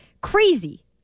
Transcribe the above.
Crazy